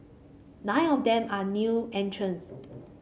nine of them are new entrants